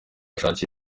ashakiye